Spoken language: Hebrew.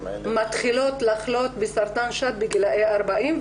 האלה --- מתחילות לחלות בסרטן בגילאי ה-40,